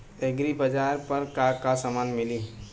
एग्रीबाजार पर का का समान मिली?